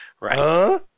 Right